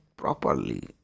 properly